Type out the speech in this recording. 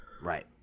Right